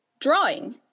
drawing